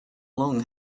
long